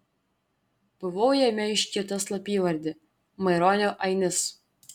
buvau jame iškirtęs slapyvardį maironio ainis